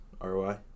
ROI